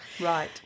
Right